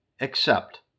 Accept